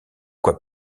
quoi